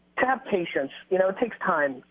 have patience, you know? it takes time,